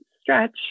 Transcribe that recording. stretch